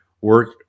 work